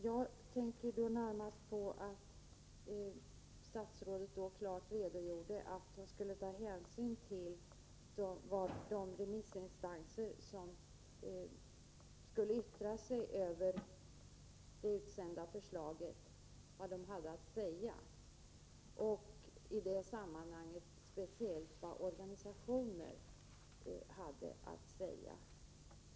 Jag tänker närmast på att statsrådet då klargjorde att hon skulle ta hänsyn till vad de remissinstanser som hade att yttra sig över det utsända förslaget hade att säga — och i det sammanhanget speciellt ta hänsyn till vad organisationer hade att säga.